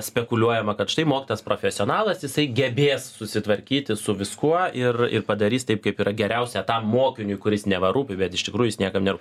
spekuliuojama kad štai mokytojas profesionalas jisai gebės susitvarkyti su viskuo ir ir padarys taip kaip yra geriausia tam mokiniui kuris neva rūpi bet iš tikrųjų jis niekam nerū